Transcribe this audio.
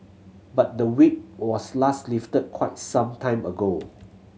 but the Whip was last lifted quite some time ago